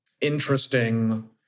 interesting